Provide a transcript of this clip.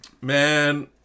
man